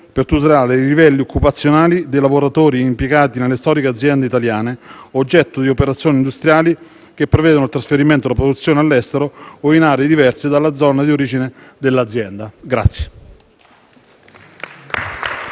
per tutelare i livelli occupazionali dei lavoratori impiegati nelle storiche aziende italiane, oggetto di operazioni industriali che prevedono il trasferimento della produzione all'estero o in aree diverse dalle zone di origine dell'azienda.